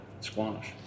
squash